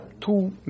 two